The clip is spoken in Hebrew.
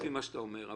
לפי מה שאתה אומר,